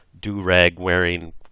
do-rag-wearing